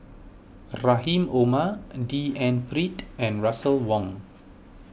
Rahim Omar D N Pritt and Russel Wong